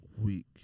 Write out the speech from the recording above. week